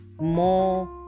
more